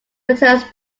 returns